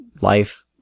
life